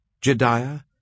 Jediah